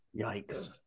Yikes